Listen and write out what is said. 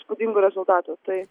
įspūdingų rezultatų tai